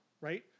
right